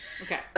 Okay